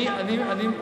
אדוני השר?